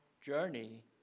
journey